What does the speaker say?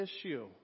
issue